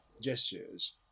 gestures